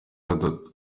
gatandatu